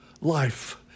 life